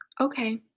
Okay